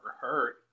hurt